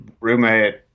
roommate